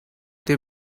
they